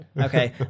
Okay